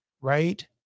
Right